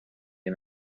and